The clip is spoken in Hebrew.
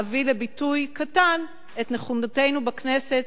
אביא לביטוי קטן את נכונותנו בכנסת